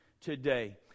today